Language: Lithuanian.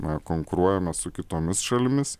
na konkuruojama su kitomis šalimis